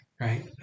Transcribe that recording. right